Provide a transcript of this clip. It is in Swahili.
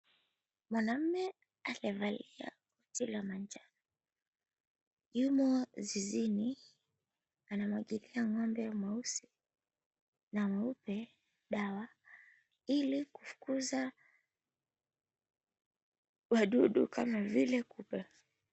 Mwanamune aliyevalia koti la manjano yumo zizini, anamwagilia ngombe mweusi na mweupe dawa ili kufukuza wadudu kama vile kupe.